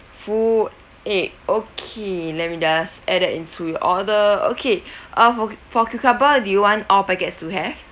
full egg okay let me just add that into your order okay uh for c~ for cucumber do you want all packets to have